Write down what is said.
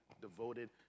devoted